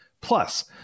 Plus